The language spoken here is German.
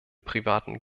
privaten